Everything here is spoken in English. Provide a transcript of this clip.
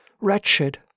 Wretched